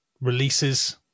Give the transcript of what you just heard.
releases